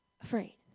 afraid